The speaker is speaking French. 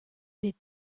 des